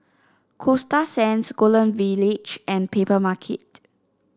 Coasta Sands Golden Village and Papermarket